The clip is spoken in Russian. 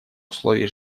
условий